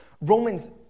Romans